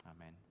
Amen